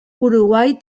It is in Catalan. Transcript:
uruguai